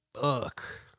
fuck